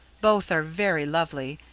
both are very lovely,